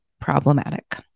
problematic